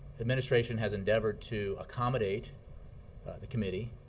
administration has endeavored to accommodate the committee